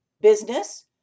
business